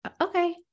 okay